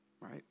Right